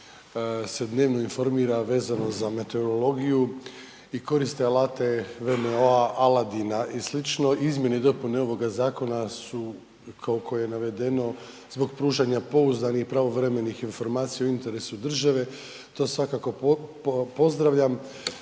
dnevno informira vezano za meteorologiju i koriste alate WMO-a, Aladina i slično, izmjene i dopune ovoga zakona su koliko je navedeno zbog pružanja pouzdanih i pravovremenih informacija u interesu države to svakako pozdravljam.